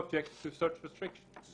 המותג הוא פגיעה בקניין האינטלקטואלי שלנו.